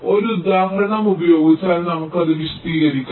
ഒരു ഉദാഹരണം ഉപയോഗിച്ച് നമുക്ക് അത് വിശദീകരിക്കാം